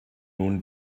nun